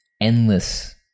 endless